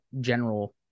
general